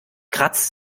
kratzt